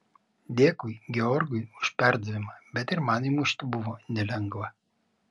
dėkui georgui už perdavimą bet ir man įmušti buvo nelengva